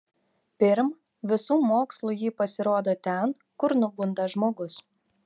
pirm visų mokslų ji pasirodo ten kur nubunda žmogus